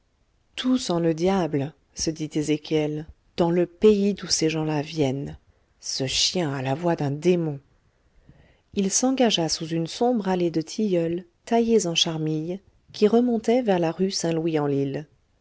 tout sent le diable se dit ezéchiel dans le pays d'où ces gens-là viennent ce chien a la voix d'un démon il s'engagea sous une sombre allée de tilleuls taillés en charmille qui remontait vers la rue saint louls en lile